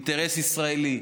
אינטרס ישראלי.